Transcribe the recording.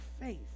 faith